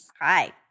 Hi